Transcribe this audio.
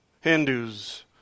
Hindus